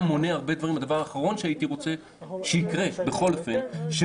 הדבר האחרון שהייתי רוצה שיקרה זה שמישהו